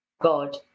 God